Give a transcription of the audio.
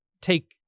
take